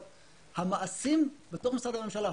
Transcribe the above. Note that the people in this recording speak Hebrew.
אבל המעשים בתוך משרדי הממשלה,